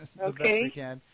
Okay